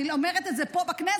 אני אומרת את זה פה בכנסת,